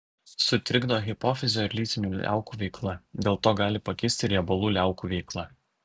sutrikdo hipofizio ir lytinių liaukų veiklą dėl to gali pakisti ir riebalų liaukų veikla